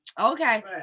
okay